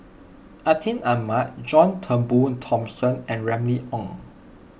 Atin Amat John Turnbull Thomson and Remy Ong